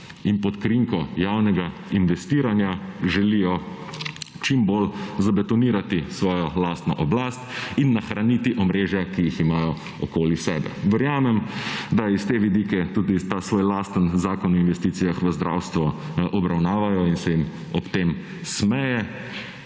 in pod krinko javnega investiranja želijo čim bolj zabetonirati svojo lastno oblast in nahraniti omrežja, ki jih imajo okoli sebe. Verjamem, da iz te vidike tudi ta svoj lasten Zakon o investicijah v zdravstvo obravnavajo in se jim **27.